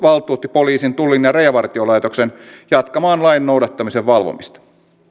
valtuutti poliisin tullin ja rajavartiolaitoksen jatkamaan lain noudattamisen valvomista